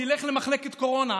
תלך למחלקת קורונה,